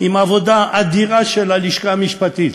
עם עבודה אדירה של הלשכה המשפטית.